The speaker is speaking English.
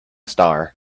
star